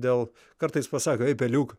dėl kartais pasako ei peliuk